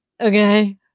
Okay